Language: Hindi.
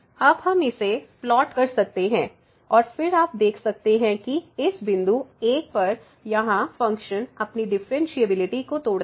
अब हम इसे प्लॉट कर सकते हैं और फिर आप देख सकते हैं कि इस बिंदु 1 पर यहां फ़ंक्शन अपनी डिफ़्फ़रेनशियेबिलिटी को तोड़ता है